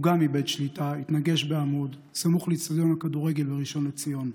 גם הוא איבד שליטה והתנגש בעמוד סמוך לאצטדיון הכדורגל בראשון לציון,